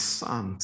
son